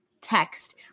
text